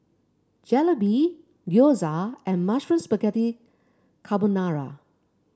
Jalebi Gyoza and Mushroom Spaghetti Carbonara